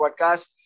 podcast